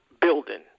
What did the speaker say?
building